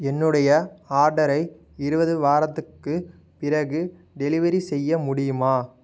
என்னுடைய ஆர்டரை இருபது வாரத்துக்குப் பிறகு டெலிவரி செய்ய முடியுமா